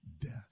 death